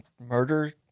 murder